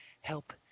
help